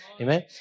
Amen